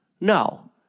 No